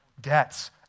debts